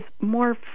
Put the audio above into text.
More